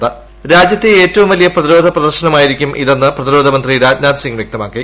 ് രാജ്യത്തെ ഏറ്റവും വലിയ പ്രതിരോധ പ്രദർശനമായിരിക്കും ഇതെന്ന് പ്രൂതീരോധ മന്ത്രി രാജ്നാഥ് സിങ് വ്യക്തമാക്കി